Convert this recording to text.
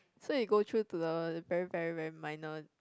so you go through to the very very very minor